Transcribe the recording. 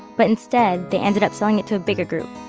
but instead, they ended up selling it to a bigger group,